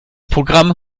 programm